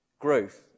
growth